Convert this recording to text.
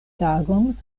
tagon